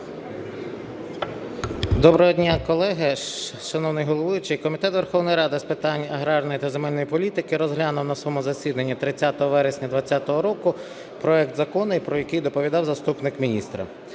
Доброго дня, колеги, шановний головуючий! Комітет Верховної Ради з питань аграрної та земельної політики розглянув на своєму засіданні 30 вересня 2020 року проект Закону про який доповідав заступник міністра